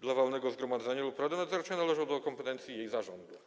dla walnego zgromadzenia lub rady nadzorczej należą do kompetencji jej zarządu.